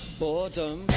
boredom